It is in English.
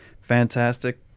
fantastic